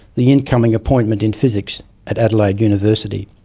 the incoming appointment in physics at adelaide university.